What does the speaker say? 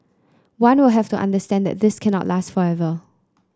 one will have to understand that this cannot last forever